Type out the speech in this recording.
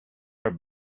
are